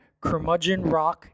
curmudgeonrock